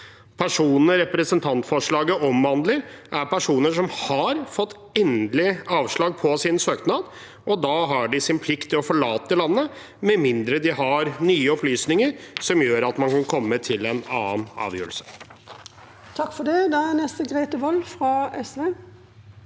Personene representantforslaget omhandler, er personer som har fått endelig avslag på sin søknad, og da har de en plikt til å forlate landet med mindre de har nye opplysninger som gjør at man kan komme til en annen avgjørelse.